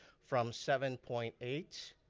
from seven point eight